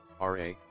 RA